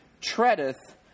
treadeth